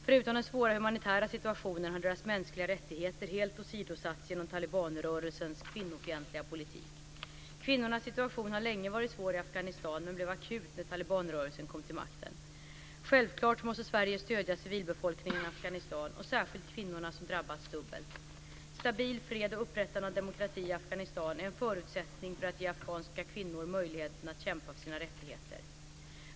Förutom den svåra humanitära situationen har deras mänskliga rättigheter helt åsidosatts genom talibanrörelsens kvinnofientliga politik. Kvinnornas situation har länge varit svår i Afghanistan men blev akut när talibanrörelsen kom till makten. Självklart måste Sverige stödja civilbefolkningen i Afghanistan och särskilt kvinnorna som har drabbats dubbelt. Stabil fred och upprättande av demokrati i Afghanistan är en förutsättning för att ge afghanska kvinnor möjligheten att kämpa för sina rättigheter.